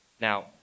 Now